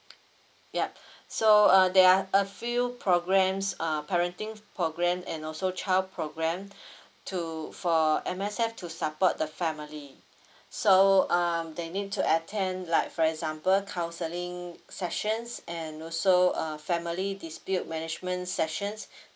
yup so uh there are a few programs uh parenting program and also child program to for M_S_F to support the family so um they need to attend like for example counseling sessions and also uh family dispute management sessions